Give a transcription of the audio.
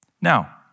Now